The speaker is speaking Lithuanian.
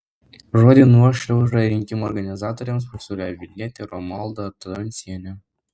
žodį nuošliauža rinkimų organizatoriams pasiūlė vilnietė romualda truncienė